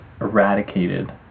eradicated